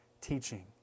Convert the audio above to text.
teaching